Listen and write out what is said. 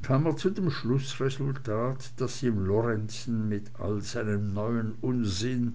kam er zu dem schlußresultat daß ihm lorenzen mit all seinem neuen unsinn